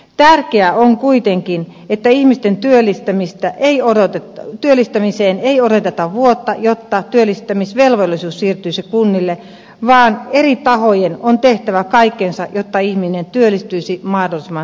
tärkeää on kuitenkin että ihmisten työllistämiseen ei odoteta vuotta jotta työllistämisvelvollisuus siirtyisi kunnille vaan eri tahojen on tehtävä kaikkensa jotta ihminen työllistyisi mahdollisimman nopeasti